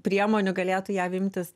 priemonių galėtų jav imtis